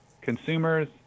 consumers